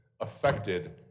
affected